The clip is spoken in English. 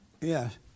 Yes